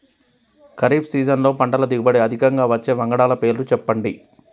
ఖరీఫ్ సీజన్లో పంటల దిగుబడి అధికంగా వచ్చే వంగడాల పేర్లు చెప్పండి?